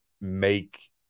make